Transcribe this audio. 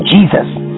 Jesus